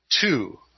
two